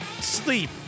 Sleep